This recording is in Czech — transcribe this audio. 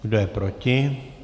Kdo je proti?